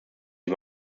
die